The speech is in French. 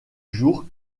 jour